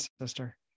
sister